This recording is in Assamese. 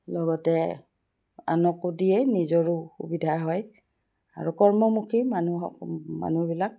লগতে আনকো দিয়ে নিজৰো সুবিধা হয় আৰু কৰ্মমুখী মানুহক মানুহবিলাক